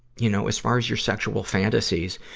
you know, as far as your sexual fantasies,